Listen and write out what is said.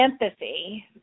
empathy